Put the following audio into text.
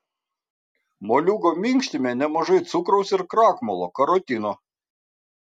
moliūgo minkštime nemažai cukraus ir krakmolo karotino